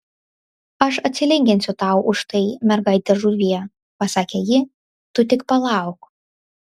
aš atsilyginsiu tau už tai mergaite žuvie pasakė ji tu tik palauk